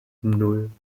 nan